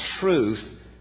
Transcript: truth